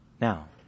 Now